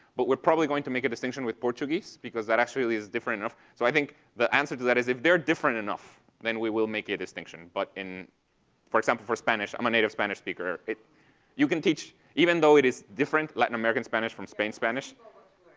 but we're probably going to make a distinction with portuguese because that actually is different enough. so i think the answer to that is if they're different enough then we will make a distinction, but in for example, for spanish i'm a native spanish speaker. you can teach even though it is different, latin american spanish from spain spanish